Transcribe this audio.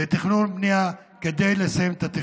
לתכנון בנייה כדי לסיים את התכנון.